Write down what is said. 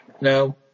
No